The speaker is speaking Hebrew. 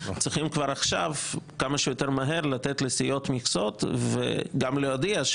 כבר עכשיו צריך לתת לסיעות מכסות וגם להודיע,